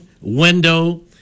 window